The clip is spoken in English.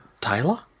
Taylor